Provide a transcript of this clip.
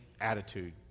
attitude